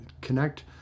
connect